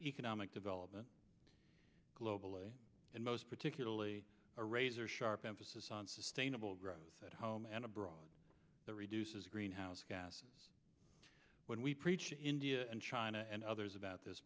economic development globally and most particularly a razor sharp emphasis on sustainable growth at home and abroad that reduces greenhouse gases when we preach india and china and others about this